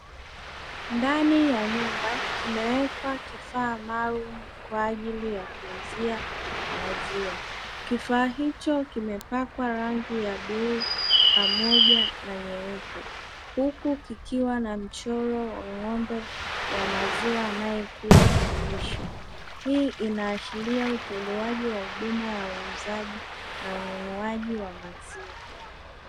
Ndani ya nyumba kimewekwa kifaa maalumu kwa ajili ya kuuzia maziwa, kifaa hicho kimepakwa rangi ya bluu, pamoja na nyeupe, huku kikiwa na mchoro wa ng'ombe wa maziwa anayekula malisho, hii inaashiria utolewaji wa huduma ya uuzaji na ununuaji wa maziwa.